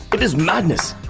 it is madness!